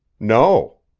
no.